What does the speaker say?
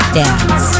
dance